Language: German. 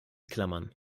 klammern